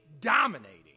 dominating